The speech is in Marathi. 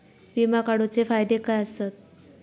विमा काढूचे फायदे काय आसत?